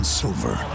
silver